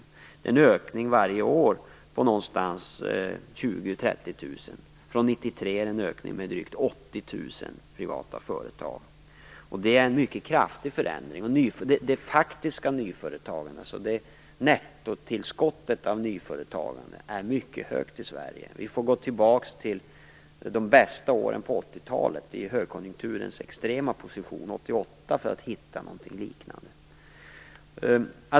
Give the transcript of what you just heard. Det sker en ökning varje år med omkring 20 000-30 000. Sedan 1993 har det skett en ökning med drygt 80 000 privata företag. Det är en mycket kraftig förändring av det faktiska nyföretagandet. Nettotillskottet av nyföretagandet är mycket högt i Sverige. Vi får gå tillbaka till de bästa åren på 80-talet i högkonjunkturens extrema position 1988 för att hitta något liknande.